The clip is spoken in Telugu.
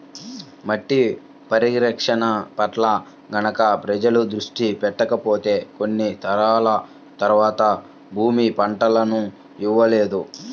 మట్టి పరిరక్షణ పట్ల గనక ప్రజలు దృష్టి పెట్టకపోతే కొన్ని తరాల తర్వాత భూమి పంటలను ఇవ్వలేదు